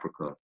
Africa